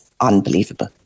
unbelievable